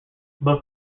but